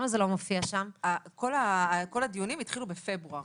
כל הדיונים התחילו בפברואר